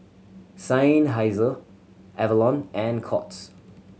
Seinheiser Avalon and Courts